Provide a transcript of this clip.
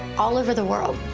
all over the world.